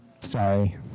sorry